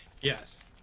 Yes